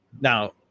Now